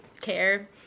care